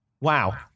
wow